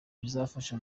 bizafasha